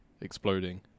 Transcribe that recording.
exploding